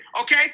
Okay